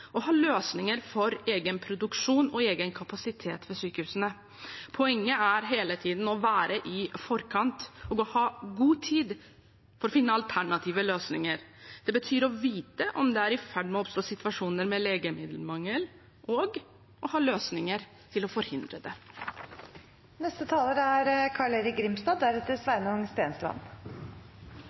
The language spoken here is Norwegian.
og ha løsninger for egen produksjon og egen kapasitet ved sykehusene. Poenget er hele tiden å være i forkant og å ha god tid til å finne alternative løsninger. Det betyr å vite om det er i ferd med å oppstå situasjoner med legemiddelmangel og å ha løsninger for å forhindre